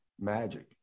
magic